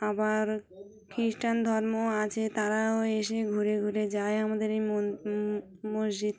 আবার খ্রিস্টান ধর্ম আছে তারাও এসে ঘুরে ঘুরে যায় আমাদের এই মসজিদ